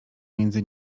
między